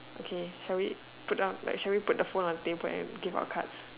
okay shall we like shall we put the phone on the table and give our cards